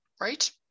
right